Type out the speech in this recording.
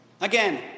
Again